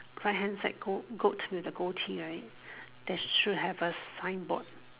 right hand side goat with the goatee right there should have a signboard